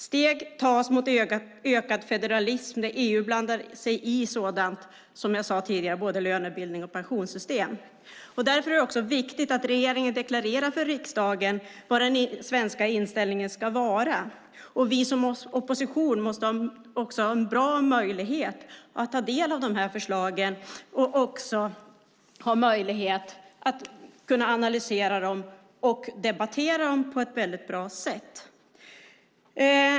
Steg tas mot en ökad federalism där EU blandar sig i sådant som jag nämnde tidigare, både lönebildning och pensionssystem. Därför är det också viktigt att regeringen deklarerar för riksdagen vad den svenska inställningen ska vara. Vi som opposition måste också ha en bra möjlighet att ta del av förslagen och också ha möjlighet att kunna analysera och debattera dem på ett bra sätt.